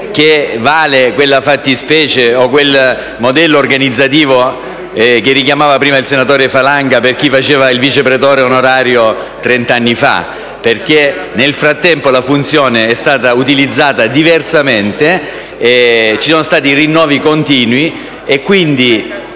che vale la fattispecie o il modello organizzativo che richiamava il primo il senatore Falanga per chi ha fatto il vice pretore onorario trent'anni fa perché, nel frattempo, la funzione è stata utilizzata diversamente. Ci sono stati rinnovi continui e, quindi,